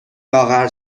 لاغر